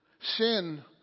sin